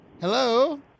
Hello